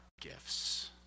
gifts